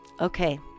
Okay